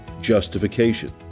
justification